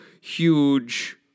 huge